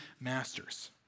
masters